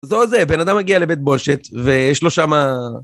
זהו זה, בן אדם מגיע לבית בושת ויש לו שמה...